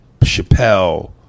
Chappelle